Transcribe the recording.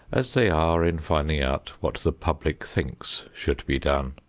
as they are in finding out what the public thinks should be done.